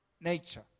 nature